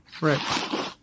Right